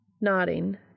Nodding